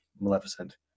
Maleficent